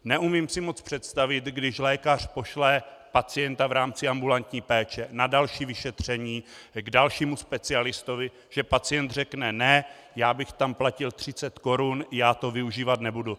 Neumím si moc představit, když lékař pošle pacienta v rámci ambulantní péče na další vyšetření k dalšímu specialistovi, že pacient řekne ne, já bych tam platil 30 korun, já to využívat nebudu.